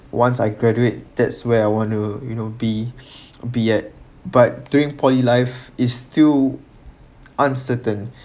once I graduate that's where I want to you know be be at but during poly life is still uncertain